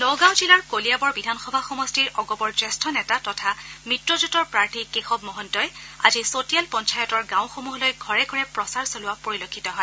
নগাঁও জিলাৰ কলিয়াবৰ বিধানসভা সমষ্টিৰ অগপৰ জ্যেষ্ঠ নেতা তথা মিত্ৰজোঁটৰ প্ৰাৰ্থী কেশৱ মহন্তই আজি চতিয়াল পঞ্চায়তৰ গাঁওসমূহলৈ ঘৰে ঘৰে প্ৰচাৰ চলোৱা পৰিলক্ষিত হয়